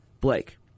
Blake